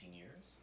years